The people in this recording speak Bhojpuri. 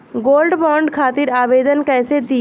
गोल्डबॉन्ड खातिर आवेदन कैसे दिही?